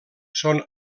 són